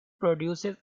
produces